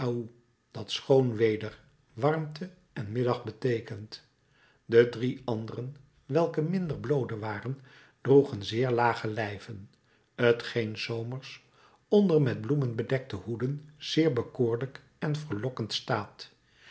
dat schoon weder warmte en middag beteekent de drie anderen welke minder bloode waren droegen zeer lage lijven t geen des zomers onder met bloemen bedekte hoeden zeer bekoorlijk en verlokkend staat